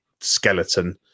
skeleton